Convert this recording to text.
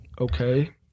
okay